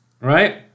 right